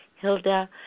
Hilda